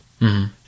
-hmm